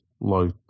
low